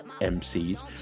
MCs